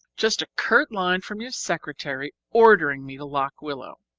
just a curt line from your secretary ordering me to lock willow.